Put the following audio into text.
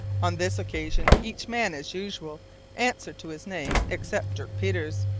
on this occasion each man as usual answered to his name except dirk peters.